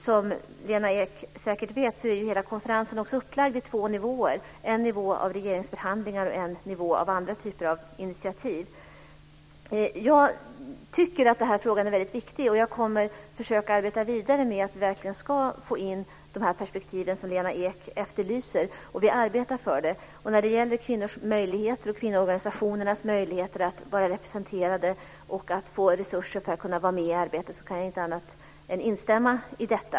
Som Lena Ek säkert vet är konferensen upplagd på två nivåer: en nivå bestående av regeringsförhandlingar och en nivå för av andra typer av initiativ. Jag tycker att den här frågan är väldigt viktig, och jag kommer att försöka arbeta vidare med att verkligen få in de perspektiv som Lena Ek efterlyser. Vi arbetar för detta. Jag kan inte annat än instämma när det gäller kvinnors och kvinnoorganisationers möjligheter att vara representerade och att få resurser för att kunna vara med i arbetet.